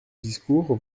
discours